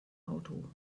auto